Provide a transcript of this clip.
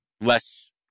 less